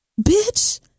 Bitch